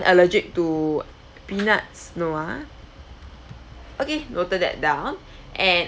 allergic to peanuts no ah okay noted that down and